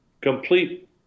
complete